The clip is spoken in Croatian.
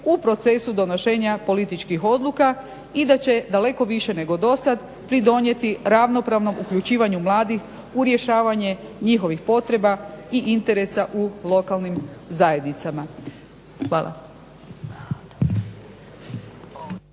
u procesu donošenja političkih odluka i da će daleko više nego dosad pridonijeti ravnopravnom uključivanju mladih u rješavanje njihovih potreba i interesa u lokalnim zajednicama. Hvala.